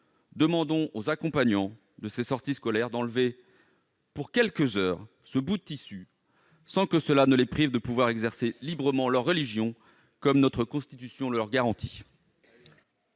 demandons aux accompagnants de ces sorties scolaires d'enlever, pour quelques heures, ce bout de tissu. Cela ne les privera nullement d'exercer librement leur religion comme notre Constitution le leur garantit